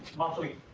muffly?